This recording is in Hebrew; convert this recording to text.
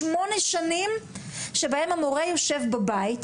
שמונה שנים שבהן המורה יושב בבית,